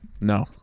No